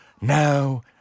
Now